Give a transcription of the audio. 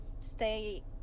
stay